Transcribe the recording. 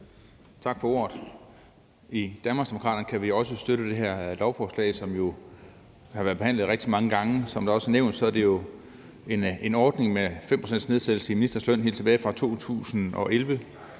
Tak for ordet. I Danmarksdemokraterne kan vi også støtte det her lovforslag, som jo har været behandlet rigtig mange gange. Som det også er blevet nævnt, er det en ordning helt tilbage fra 2011